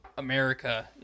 america